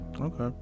Okay